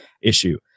issue